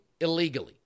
illegally